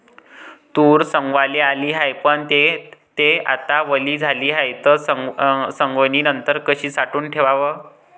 तूर सवंगाले आली हाये, पन थे आता वली झाली हाये, त सवंगनीनंतर कशी साठवून ठेवाव?